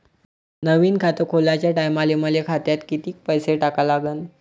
नवीन खात खोलाच्या टायमाले मले खात्यात कितीक पैसे टाका लागन?